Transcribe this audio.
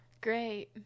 Great